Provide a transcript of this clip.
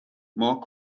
more